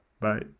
bye